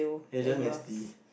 is just nasty